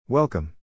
Welcome